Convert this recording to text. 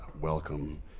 welcome